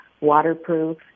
waterproof